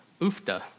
ufta